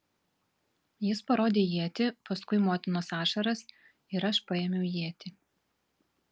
jis parodė ietį paskui motinos ašaras ir aš paėmiau ietį